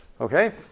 Okay